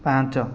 ପାଞ୍ଚ